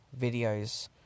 videos